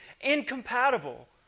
incompatible